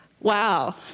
wow